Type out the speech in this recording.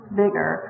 bigger